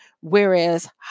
whereas